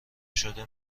شده